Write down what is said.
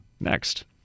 next